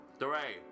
three